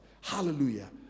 Hallelujah